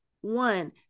one